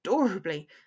adorably